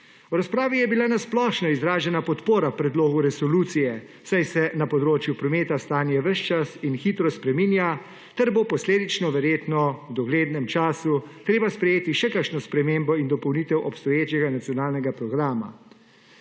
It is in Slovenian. V razpravi je bila na splošno izražena podpora predlogu resolucije, saj se na področju prometa stanje ves čas in hitro spreminja ter bo posledično verjetno v doglednem času treba sprejeti še kakšno spremembo in dopolnitev obstoječega nacionalnega programa.